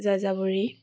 যাযাবৰী